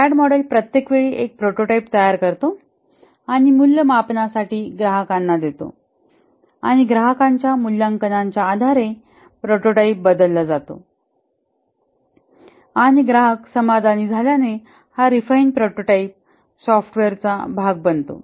RAD model प्रत्येक वेळी एक प्रोटोटाइप तयार करतो आणि मूल्यमापनासाठी ग्राहकांना देतो आणि ग्राहकांच्या मूल्यांकनाच्या आधारे प्रोटोटाइप बदलला जातो आणि ग्राहक समाधानी झाल्याने हा रिफाईन प्रोटोटाइप सॉफ्टवेअरचा भाग बनतो